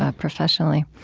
ah professionally.